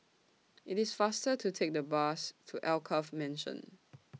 IT IS faster to Take The Bus to Alkaff Mansion